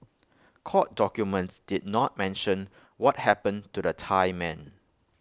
court documents did not mention what happened to the Thai men